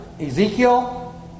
Ezekiel